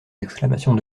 exclamations